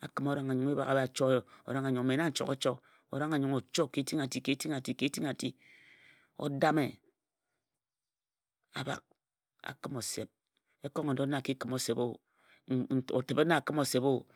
a kǝma orang anyong e bhak e bha cho orang anyong mme na n ehok o cho. Orang anyong o cho ka etinghanti ka etinghanti o dame a bhak a kǝm osep ekongodot na a ki kǝm osep o.